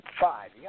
Five